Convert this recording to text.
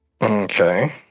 Okay